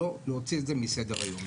לא להוציא את זה מסדר היום.